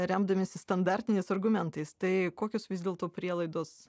remdamiesi standartiniais argumentais tai kokios vis dėlto prielaidos